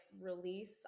release